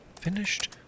finished